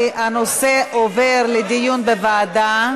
אני הייתי מעביר את זה לוועדה לביקורת המדינה.